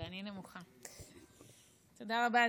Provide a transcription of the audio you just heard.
תודה רבה.